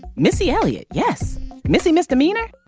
missy elliott yes missy misdemeanor